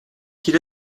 qu’il